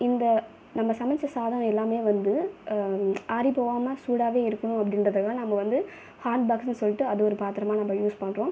இந்த நம்ம சமைச்ச சாதம் எல்லாமே வந்து ஆறிப்போகாமல் சூடாகவே இருக்கணும் அப்படின்றத்துக்காக தான் நம்ம வந்து ஹாட்பாக்ஸ்னு சொல்லிவிட்டு அதை ஒரு பாத்திரமாக நம்ம யூஸ் பண்ணுறோம்